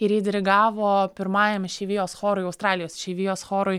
ir ji dirigavo pirmajam išeivijos chorui australijos išeivijos chorui